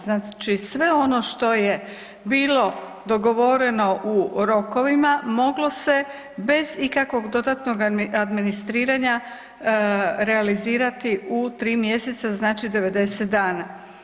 Znači sve ono što je bilo dogovoreno u rokovima, moglo se bez ikakvog dodatnog administriranja realizirati u 3 mjeseca, znači 90 dana.